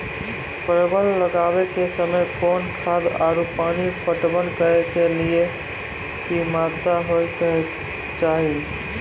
परवल लगाबै के समय कौन खाद आरु पानी पटवन करै के कि मात्रा होय केचाही?